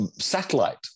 Satellite